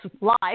live